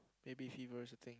baby fever is a thing